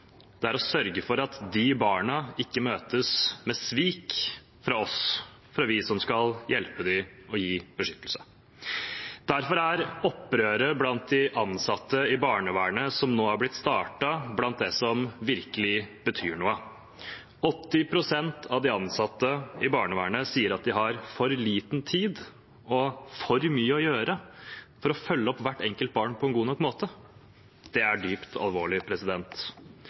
noe, er å sørge for at de barna ikke møtes med svik fra oss – vi som skal hjelpe dem og gi beskyttelse. Derfor er opprøret blant de ansatte i barnevernet som nå er blitt startet, blant det som virkelig betyr noe. 80 pst. av de ansatte i barnevernet sier at de har for liten tid og for mye å gjøre til å kunne følge opp hvert enkelt barn på en god nok måte. Det er dypt alvorlig.